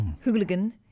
hooligan